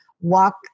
walk